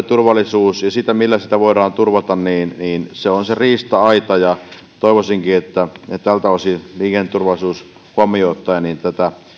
turvallisuus ja se millä sitä voidaan turvata on riista aita toivoisinkin että tältä osin liikenneturvallisuus huomioon ottaen tätä